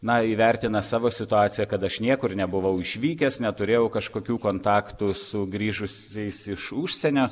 na įvertina savo situaciją kad aš niekur nebuvau išvykęs neturėjau kažkokių kontaktų su grįžusiais iš užsienio